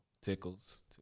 tickles